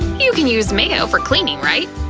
you can use mayo for cleaning, right?